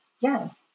yes